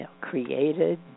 created